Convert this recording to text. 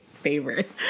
favorite